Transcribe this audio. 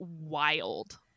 wild